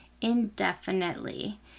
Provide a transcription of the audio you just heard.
indefinitely